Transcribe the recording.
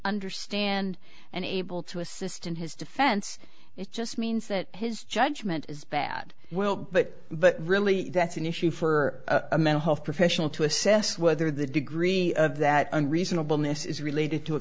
understand and able to assist in his defense it just means that his judgment is bad well but but really that's an issue for a mental health professional to assess whether the degree of that and reasonable ness is related to a